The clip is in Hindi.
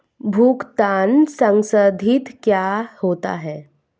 भुगतान संसाधित क्या होता है?